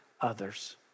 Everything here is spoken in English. others